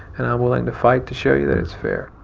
and i'm willing to fight to show you that it's fair.